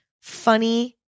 funny